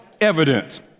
evident